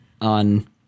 on